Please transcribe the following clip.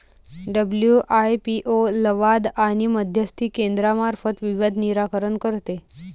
WIPO लवाद आणि मध्यस्थी केंद्रामार्फत विवाद निराकरण करते